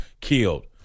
killed